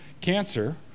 cancer